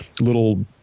little